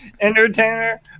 entertainer